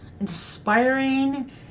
inspiring